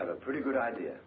i have a pretty good idea